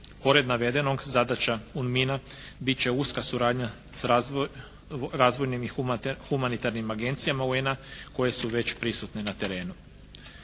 Pored navedenog, zadaća UNMIN-a bit će uska suradnja s razvojnim i humanitarnim agencijama UN-a koje su već prisutne na terenu.